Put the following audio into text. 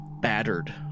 battered